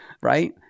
right